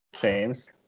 james